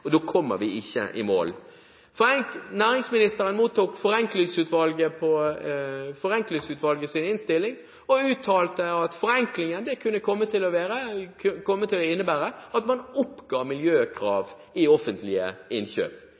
ned. Da kommer vi ikke i mål. Næringsministeren mottok Forenklingsutvalgets innstilling og uttalte at forenklingen kunne komme til å innebære at man oppga miljøkrav i offentlige innkjøp